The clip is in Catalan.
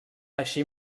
així